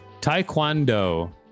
Taekwondo